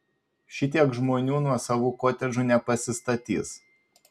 šitiek žmonių nuosavų kotedžų nepasistatys